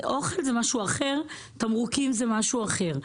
אוכל זה משהו אחר, תמרוקים זה משהו אחר.